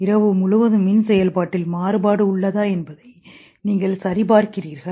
இரவு முழுவதும் மின் செயல்பாட்டில் மாறுபாடு உள்ளதா என்பதை நீங்கள் நிலைகளில் சரிபார்க்கிறீர்கள்